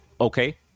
okay